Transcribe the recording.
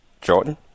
Jordan